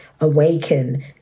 awaken